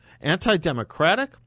Anti-democratic